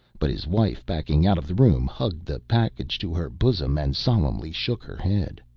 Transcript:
but his wife, backing out of the room, hugged the package to her bosom and solemnly shook her head.